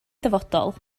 dyfodol